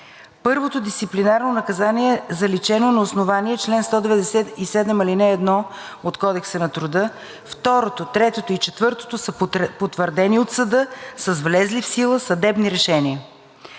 Първото дисциплинарно наказание е заличено на основание чл. 197, ал. 1 от Кодекса на труда. Второто, третото и четвъртото са потвърдени от съда с влезли в сила съдебни решения.